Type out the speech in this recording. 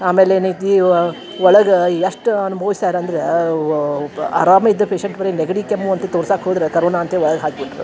ಆಮೇಲೆ ಏನೈತಿಯವ ಒಳಗೆ ಎಷ್ಟು ಅನುಭವ್ಸ್ಯಾರ ಅಂದ್ರಾ ವ ಪ ಆರಾಮಿದ ಪೇಶೆಂಟ್ ಬರಿ ನೆಗಡಿ ಕೆಮ್ಮು ಅಂತೆ ತೋರ್ಸಾಕೆ ಹೋದರೆ ಕರೋನ ಅಂತೆ ಒಳಗೆ ಹಾಕ್ಬಿಟ್ರ